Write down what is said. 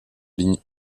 ligne